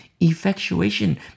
effectuation